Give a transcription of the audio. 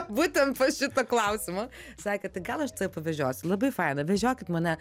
būtent po šito klausimo sakė tai gal aš tave pavežios labai faina vežiokit mane